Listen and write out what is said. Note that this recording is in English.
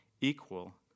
equal